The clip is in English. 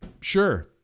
Sure